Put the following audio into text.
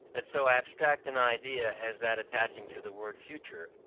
that so abstract an idea as that attaching to the word future,